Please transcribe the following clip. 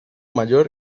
mayor